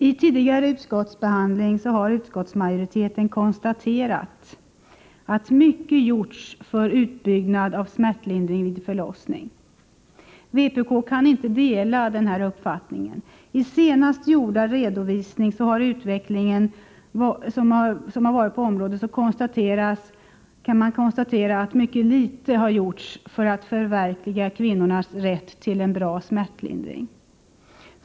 I tidigare utskottsbehandling har utskottsmajoriteten konstaterat att mycket gjorts för utbyggnad av smärtlindring vid förlossning. Vpk kan inte dela denna uppfattning. I den senast gjorda redovisningen av utvecklingen på området konstateras att mycket litet gjorts för att förverkliga kvinnors rätt till en bra smärtlindring.